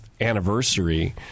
anniversary